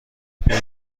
پیدا